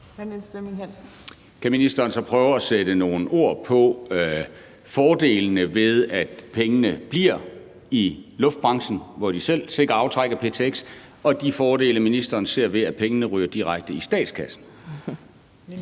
Kan ministeren så prøve at sætte nogle ord på fordelene ved, at pengene bliver i luftfartsbranchen, så de selv sikrer aftrækket af ptx, og de fordele, ministeren ser, ved at pengene ryger direkte i statskassen?